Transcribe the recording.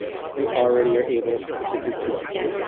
we already are able to do this thing.